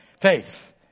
Faith